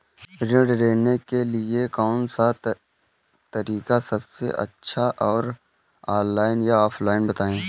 ऋण लेने के लिए कौन सा तरीका सबसे अच्छा है ऑनलाइन या ऑफलाइन बताएँ?